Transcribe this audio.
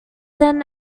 then